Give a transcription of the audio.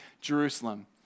Jerusalem